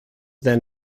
then